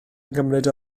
ymgymryd